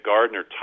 Gardner